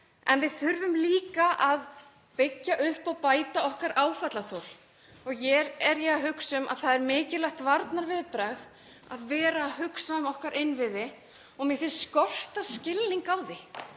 en við þurfum líka að byggja upp og bæta okkar áfallaþol. Hér er ég að hugsa um að það er mikilvægt varnarviðbragð að hugsa um innviði okkar og mér finnst skorta skilning á því.